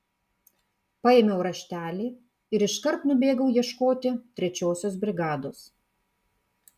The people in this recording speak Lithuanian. paėmiau raštelį ir iškart nubėgau ieškoti trečiosios brigados